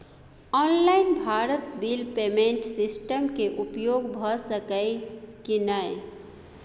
Online Bharat bill payment system के उपयोग भ सके इ की नय?